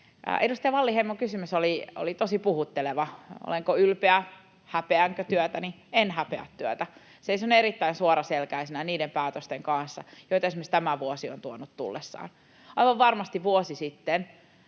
Edustaja Wallinheimon kysymys oli tosi puhutteleva: olenko ylpeä, häpeänkö työtäni? En häpeä työtä. Seison erittäin suoraselkäisenä niiden päätösten kanssa, joita esimerkiksi tämä vuosi on tuonut tullessaan. Aivan varmasti vuosi sitten